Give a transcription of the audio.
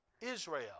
Israel